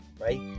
right